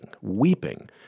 weeping